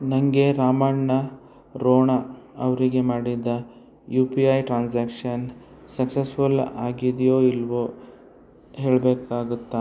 ನಂಗೆ ರಾಮಣ್ಣ ರೋಣ ಅವರಿಗೆ ಮಾಡಿದ U P I transaction successful ಆಗಿದೆಯೋ ಇಲ್ವೊ ಹೇಳಬೇಕಾಗುತ್ತ